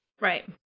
Right